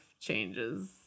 changes